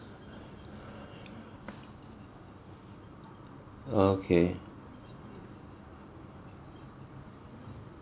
oh okay